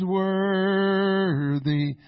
worthy